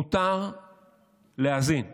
מותר להאזין לעבריינים,